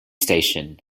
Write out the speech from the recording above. station